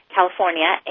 California